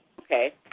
Okay